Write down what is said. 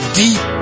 deep